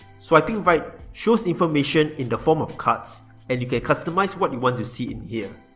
swiping right shows information in the form of cards and you can customize what you want to see in here.